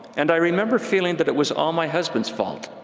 and i remember feeling that it was all my husband's fault.